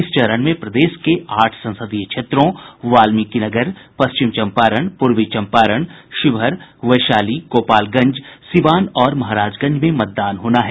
इस चरण में प्रदेश के आठ संसदीय क्षेत्रों वाल्मीकिनगर पश्चिम चंपारण पूर्वी चंपारण शिवहर वैशाली गोपालगंज सिवान और महाराजगंज में मतदान होना है